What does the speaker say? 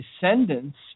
descendants